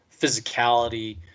physicality